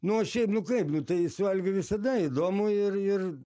nu o šiaip nu kaip nu tai su algiu visada įdomu ir ir